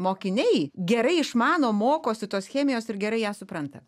mokiniai gerai išmano mokosi tos chemijos ir gerai ją supranta